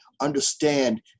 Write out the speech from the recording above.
Understand